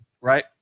right